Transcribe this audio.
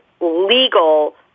legal